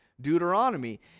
Deuteronomy